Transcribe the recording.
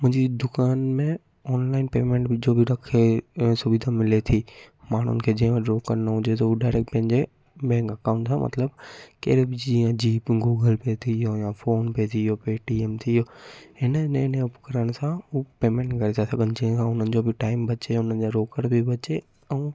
मुंहिंजी दुकान में ऑनलाइन पेमेंट जो बि रखे ईअं सुविधा मिले थी माण्हुनि खे जंहिं वटि रोक करिणो हुजे त उहो डायरेक्ट पंहिंजे बैंक अकाउंट खां मतिलबु कहिड़े बि जीअं जी गूगल पे थी वियो या फोन पे थी वियो पेटीएम थी वियो हिन नए नए उपकरण सां उहो पेमेंट करे था सघनि जंहिं खां उन्हनि जो बि टाइम बचे उन्हनि जा रोकड़ बि बचे ऐं